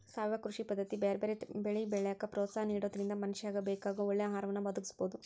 ಸಾವಯವ ಕೃಷಿ ಪದ್ದತಿ ಬ್ಯಾರ್ಬ್ಯಾರೇ ಬೆಳಿ ಬೆಳ್ಯಾಕ ಪ್ರೋತ್ಸಾಹ ನಿಡೋದ್ರಿಂದ ಮನಶ್ಯಾಗ ಬೇಕಾಗೋ ಒಳ್ಳೆ ಆಹಾರವನ್ನ ಒದಗಸಬೋದು